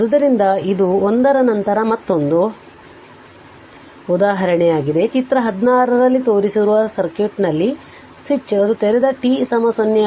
ಆದ್ದರಿಂದ ಇದು 1 ನಂತರ ಮತ್ತೊಂದು ಉದಾಹರಣೆಯಾಗಿದೆ ಚಿತ್ರ 16 ರಲ್ಲಿ ತೋರಿಸಿರುವ ಸರ್ಕ್ಯೂಟ್ನಲ್ಲಿನ ಸ್ವಿಚ್ ಅದು ತೆರೆದ t 0